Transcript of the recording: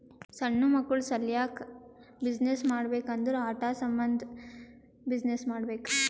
ಸಣ್ಣು ಮಕ್ಕುಳ ಸಲ್ಯಾಕ್ ಬಿಸಿನ್ನೆಸ್ ಮಾಡ್ಬೇಕ್ ಅಂದುರ್ ಆಟಾ ಸಾಮಂದ್ ಬಿಸಿನ್ನೆಸ್ ಮಾಡ್ಬೇಕ್